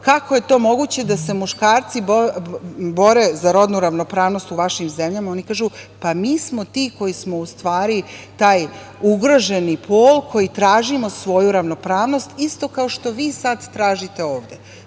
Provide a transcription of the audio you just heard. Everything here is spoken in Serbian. kako je to moguće da se muškarci bore za rodnu ravnopravnost u vašim zemljama, a oni kažu – mi smo ti koji smo u stvari taj ugroženi pol koji tražimo svoju ravnopravnost, isto kao što vi sad tražite ovde. Prema